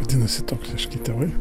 vadinasi toksiški tėvai